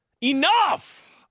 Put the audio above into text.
Enough